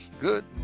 Good